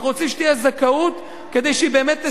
אנחנו רוצים שתהיה זכאות כדי שהיא באמת תסייע.